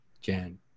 jan